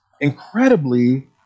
incredibly